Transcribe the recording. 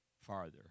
farther